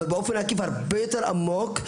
אבל באופן עקיף והרבה יותר עמוק,